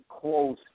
close